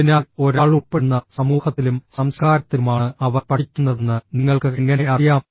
അതിനാൽ ഒരാൾ ഉൾപ്പെടുന്ന സമൂഹത്തിലും സംസ്കാരത്തിലുമാണ് അവർ പഠിക്കുന്നതെന്ന് നിങ്ങൾക്ക് എങ്ങനെ അറിയാം